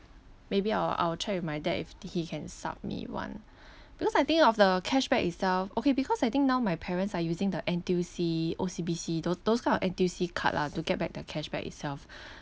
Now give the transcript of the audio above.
maybe I'll I'll check with my dad if he can supp me one because I think of the cashback itself okay because I think now my parents are using the N_T_U_C_ O_C_B_C_ tho~ those kind of N_T_U_C card lah to get back their cashback itself